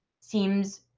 seems